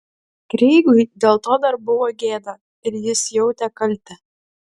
kreigui dėl to dar buvo gėda ir jis jautė kaltę